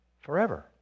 forever